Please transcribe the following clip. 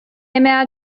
imagine